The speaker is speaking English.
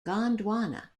gondwana